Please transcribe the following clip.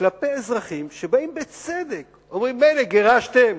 כלפי אזרחים שבאים בצדק ואומרים: מילא גירשתם,